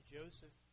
Joseph